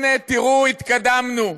הנה, תראו, התקדמנו.